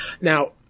Now